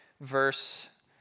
verse